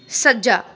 ਸੱਜਾ